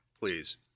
please